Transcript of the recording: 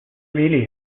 really